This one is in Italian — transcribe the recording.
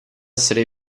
essere